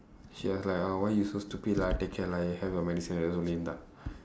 she was like oh why you so stupid lah take care lah you have your medicine and insulin